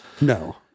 No